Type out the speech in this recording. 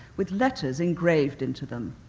with letters engraved into them.